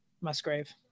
Musgrave